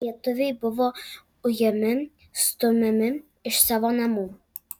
lietuviai buvo ujami stumiami iš savo namų